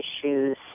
issues